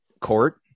court